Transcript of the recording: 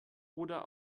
oder